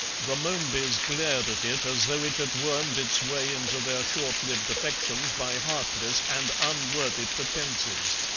the momebys glared at it as though it had wormed its way into their short-lived affections by heartless and unworthy pretences.